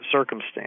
circumstance